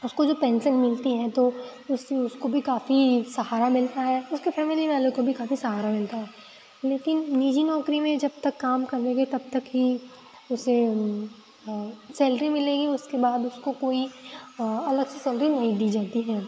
उसको जो पेंसन मिलती है तो उससे उसको भी काफ़ी सहारा मिलता है उसके फैमिली वालों को भी काफ़ी सहारा मिलता है लेकिन निजी नौकरी में जब तक काम करेंगे तब तक ही उसे सैलरी मिलेगी उसके बाद उसको कोई अलग से सैलरी नहीं दी जाती है